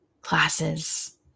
classes